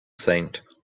saint